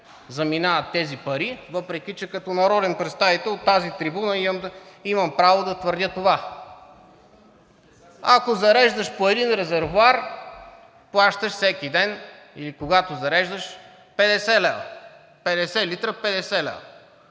заминават тези пари, въпреки че като народен представител от тази трибуна имам право да твърдя това. Ако зареждаш по един резервоар, плащаш всеки ден или когато зареждаш 50 лв. – 50 литра